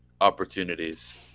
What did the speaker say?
opportunities